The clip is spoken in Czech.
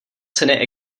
ceny